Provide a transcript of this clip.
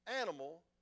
animal